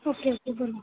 okay okay बोला